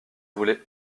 voulez